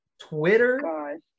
Twitter